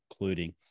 including